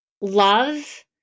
love